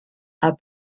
are